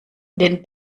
den